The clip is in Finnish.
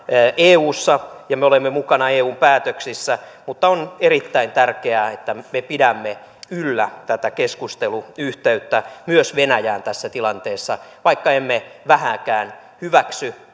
eussa ja me olemme mukana eun päätöksissä mutta on erittäin tärkeää että me me pidämme yllä keskusteluyhteyttä myös venäjään tässä tilanteessa vaikka emme vähääkään hyväksy